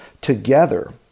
together